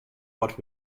what